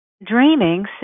Dreaming